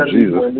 Jesus